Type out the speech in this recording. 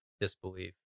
disbelief